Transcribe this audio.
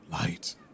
light